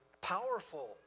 powerful